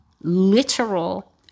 literal